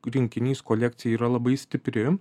rinkinys kolekcija yra labai stipri